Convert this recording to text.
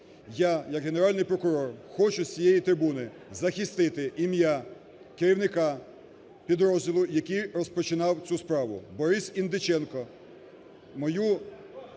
Я як Генеральний прокурор хочу з цієї трибуни захистити ім'я керівника підрозділу, який розпочинав цю справу, Борис Індиченко.